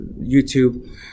YouTube